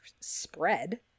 spread